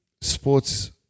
sports